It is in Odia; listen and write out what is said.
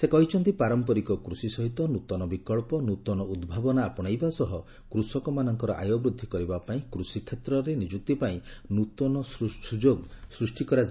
ସେ କହିଛନ୍ତି ପାରମ୍ପରିକ କୃଷି ସହିତ ନୃତନ ବିକ୍ସ ନୃତନ ଉଦ୍ଭାବନ ଅପଣେଇବା ସହ କୃଷକମାନଙ୍କର ଆୟ ବୃଦ୍ଧି କରିବାପାଇଁ କୃଷିକ୍ଷେତ୍ରରେ ନିଯୁକ୍ତିପାଇଁ ନୃତନ ସୁଯୋଗ ସ୍ପଷ୍ଟି କରାଯିବା ଆବଶ୍ୟକ